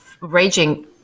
raging